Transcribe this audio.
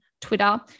Twitter